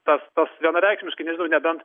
tas tas vienareikšmiškai nežinau nebent